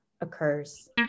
occurs